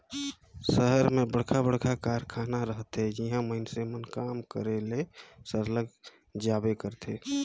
सहर मन में बड़खा बड़खा कारखाना रहथे जिहां मइनसे मन काम करे ले सरलग जाबे करथे